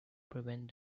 prevent